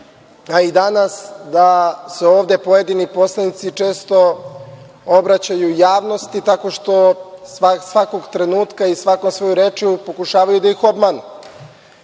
a i danas da se ovde pojedini poslanici često obraćaju javnosti tako što svakog trenutka i svakom svojom rečju pokušavaju da ih obmanu.